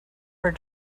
her